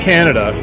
Canada